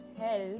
help